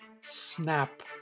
snap